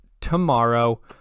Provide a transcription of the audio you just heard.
tomorrow